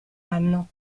hanno